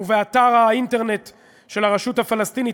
ובאתר האינטרנט של הרשות הפלסטינית,